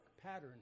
pattern